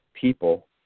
people